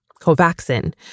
Covaxin